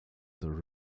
the